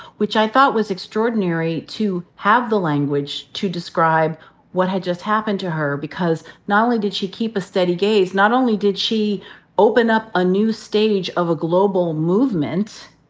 which i thought was extraordinary to have the language to describe what had just happened to her, because not only did she keep a steady gaze, not only did she open up a new stage of a global movement,